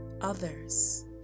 others